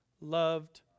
loved